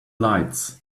lights